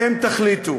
אתם תחליטו